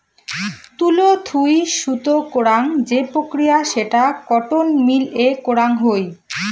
তুলো থুই সুতো করাং যে প্রক্রিয়া সেটা কটন মিল এ করাং হই